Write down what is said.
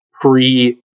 pre